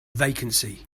vacancy